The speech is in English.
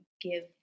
give